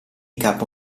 capo